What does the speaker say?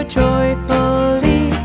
joyfully